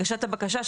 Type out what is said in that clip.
הגשת הבקשה,